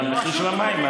מהמחיר של המים.